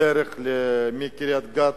בדרך מקריית-גת,